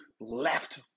left